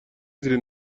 زیر